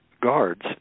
guards